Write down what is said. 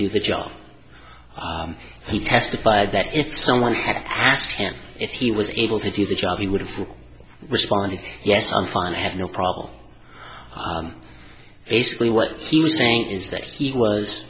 do the job he testified that if someone had asked him if he was able to do the job he would have responded yes i'm fine i have no problem is sickly what he was saying is that he was